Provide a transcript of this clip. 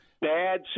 bad